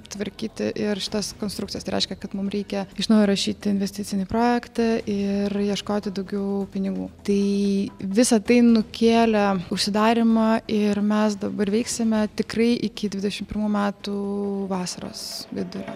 tvarkyti ir šitas konstrukcijas tai reiškia kad mum reikia iš naujo rašyti investicinį projektą ir ieškoti daugiau pinigų tai visa tai nukėlė užsidarymą ir mes dabar veiksime tikrai iki dvidešim pirmų metų vasaros vidurio